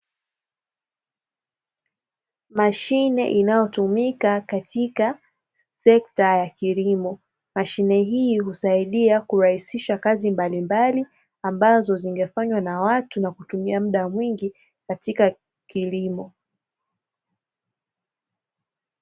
Mashine inayotumika katika trekta ya kilimo. Mashine hii husaidia kurahisisha kazi mbalimbali, ambazo zingefanywa na watu na kutumia muda mwingi katika kilimo.